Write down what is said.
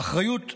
האחריות מדינתית,